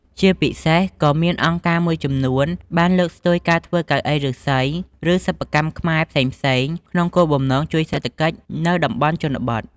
ជាពិសេសក៏មានអង្គការមួយចំនួន បានលើកស្ទួយការធ្វើកៅអីឫស្សី ឬសិប្បកម្មខ្មែរផ្សេងៗ ក្នុងគោលបំណងជួយសេដ្ឋកិច្ចនៅតំបន់ជនបទ។